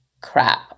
crap